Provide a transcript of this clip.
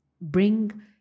bring